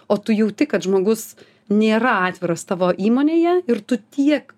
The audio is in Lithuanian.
o tu jauti kad žmogus nėra atviras tavo įmonėje ir tu tiek